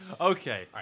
Okay